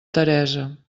teresa